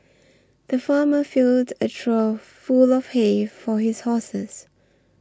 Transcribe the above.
the farmer filled a trough full of hay for his horses